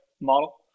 model